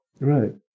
Right